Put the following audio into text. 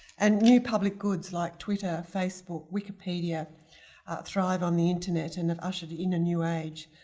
and new public goods like twitter, facebook, wikipedia thrive on the internet and have ushered in a new age.